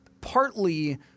partly